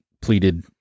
pleaded